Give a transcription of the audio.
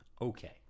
Okay